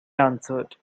answered